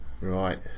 Right